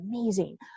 amazing